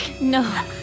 No